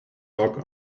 dog